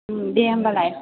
दे होनबालाय